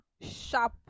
sharp